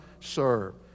serve